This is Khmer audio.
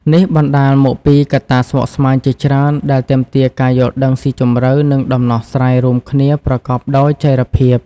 នេះបណ្តាលមកពីកត្តាស្មុគស្មាញជាច្រើនដែលទាមទារការយល់ដឹងស៊ីជម្រៅ និងដំណោះស្រាយរួមគ្នាប្រកបដោយចីរភាព។